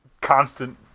Constant